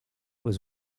was